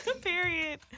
Period